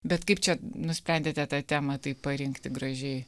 bet kaip čia nusprendėte tą temą taio parinkti gražiai